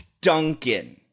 Duncan